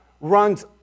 runs